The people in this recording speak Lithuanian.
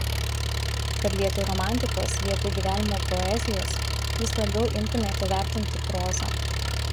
kad vietoj romantikos vietoj gyvenimo poezijos jūs labiau imtumėte vertinti prozą